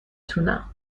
تونم